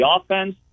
offense